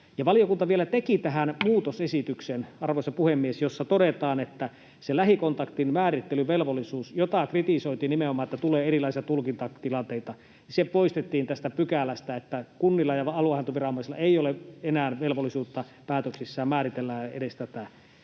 valiokunta vielä teki tähän muutosesityksen, arvoisa puhemies, jossa todetaan, että se lähikontaktin määrittelyvelvollisuus, jota kritisoitiin nimenomaan siitä, että tulee erilaisia tulkintatilanteita, poistettiin tästä pykälästä, niin että kunnilla ja aluehallintoviranomaisilla ei ole enää velvollisuutta päätöksissään määritellä edes tätä.